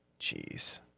Jeez